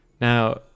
Now